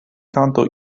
kanto